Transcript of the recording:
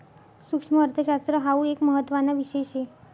सुक्ष्मअर्थशास्त्र हाउ एक महत्त्वाना विषय शे